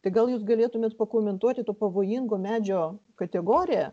tai gal jūs galėtumėt pakomentuoti to pavojingo medžio kategoriją